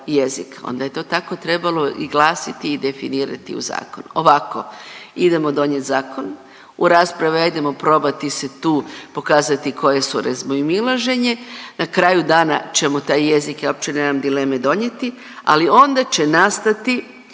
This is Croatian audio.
onda je to tako trebalo i glasiti i definirati u zakon, ovako idemo donijet zakon, u raspravi ajdemo probati se tu pokazati koje su razmimoilaženje, na kraju dana ćemo taj jezik, ja uopće nemam dileme donijeti, ali onda će nastati